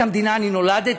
אבל חלוקה גרועה מאוד.